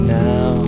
now